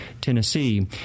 Tennessee